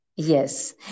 Yes